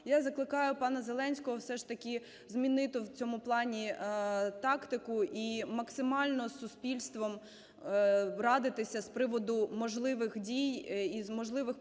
Я закликаю пана Зеленського все ж таки змінити в цьому плані тактику і максимально з суспільством радитися з приводу можливих дій із можливих